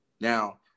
Now